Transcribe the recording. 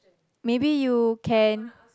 maybe you can